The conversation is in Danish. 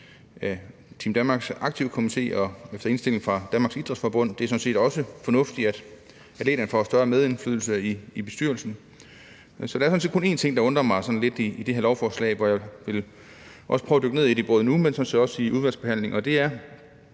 Team Danmarks aktivkomité og efter indstilling af Danmarks Idræts-Forbund. Det er sådan set også fornuftigt, at atleterne får større medindflydelse i bestyrelsen. Der er sådan set kun en ting, der undrer mig lidt i det her lovforslag, som jeg også vil prøve at dykke ned i nu, men også i udvalgsbehandlingen, og det er,